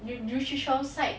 nu~ nutrition site